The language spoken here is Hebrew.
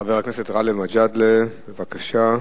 חבר הכנסת גאלב מג'אדלה, בבקשה.